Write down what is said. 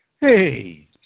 hey